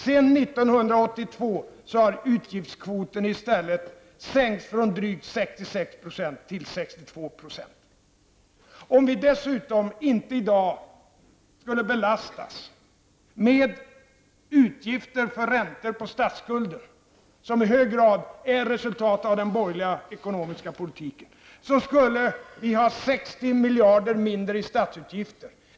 Sedan 1982 har utgiftskvoten i stället sänkts från drygt 66 % till 62 %. Om vi dessutom i dag inte skulle belastas med utgifter för räntor på statsskulden, som i hög grad är resultatet av den borgerliga ekonomiska politiken, då skulle vi ha 60 miljarder mindre i statsutgifter.